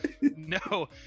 No